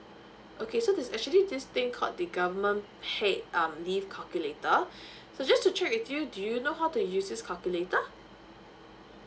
okay so this actually this thing called the government paid um leave calculator so just to check with you do you know how to use this calculator